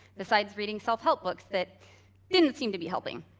besides reading self-help books that didn't seem to be helping.